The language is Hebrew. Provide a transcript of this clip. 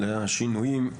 אם אפשר להתייחס לשינויים.